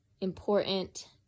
important